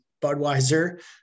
Budweiser